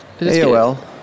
AOL